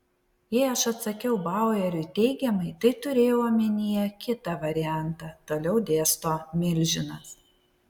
jei aš atsakiau baueriui teigiamai tai turėjau omenyje kitą variantą toliau dėsto milžinas